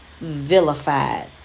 vilified